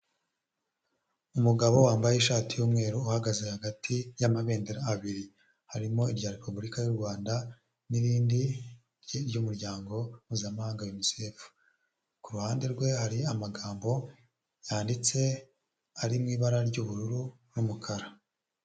Umugabo wambaye ishati y'umweru uhagaze hagati y'amabendera abiri; harimo irya repubulika y'u rwanda; n'irindi ry'umuryango mpuzamahanga unicefu; ku ruhande rwe hari amagambo yanditse ari mu ibara ry'ubururu n'umukara.